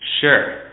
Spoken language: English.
Sure